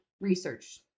research